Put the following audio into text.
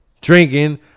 Drinking